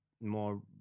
more